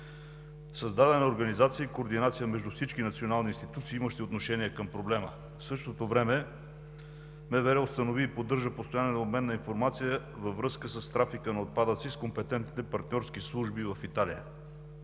Създадена е организация и координация между всички национални институции, имащи отношение към проблема. В същото време МВР установи и поддържа постоянен обмен на информация с компетентните партньорски служби в Италия